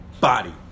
Body